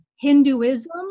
Hinduism